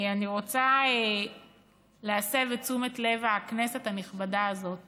אני רוצה להסב את תשומת לב הכנסת הנכבדה הזאת